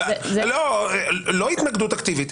לא התנגדות אקטיבית.